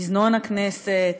מזנון הכנסת,